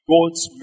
God's